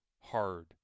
hard